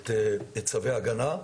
את צווי ההגנה,